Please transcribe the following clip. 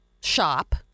shop